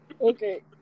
Okay